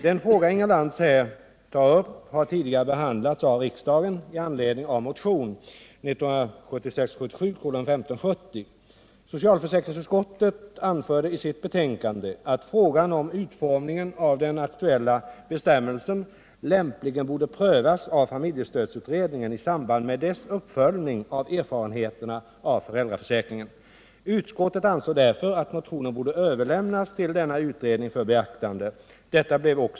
Inga Lantz har frågat om jag ämnar vidta åtgärder för att även sammanboende som inte är biologisk förälder till sammanlevande barn får rätt till föräldrapenning.